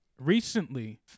recently